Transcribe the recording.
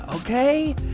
okay